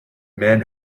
men